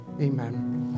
amen